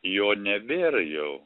jo nebėra jau